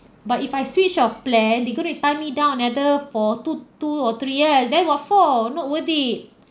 but if I switch of plan they going to tie me down another for two two or three years then what for not worth it